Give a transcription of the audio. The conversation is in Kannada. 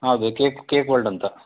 ಹೌದು ಕೇಕ್ ಕೇಕ್ ವರ್ಲ್ಡ್ ಅಂತ